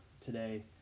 today